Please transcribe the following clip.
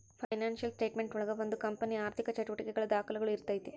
financial statement ಒಳಗ ಒಂದು ಕಂಪನಿಯ ಆರ್ಥಿಕ ಚಟುವಟಿಕೆಗಳ ದಾಖುಲುಗಳು ಇರ್ತೈತಿ